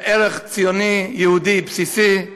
זה ערך ציוני יהודי בסיסי.